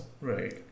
Right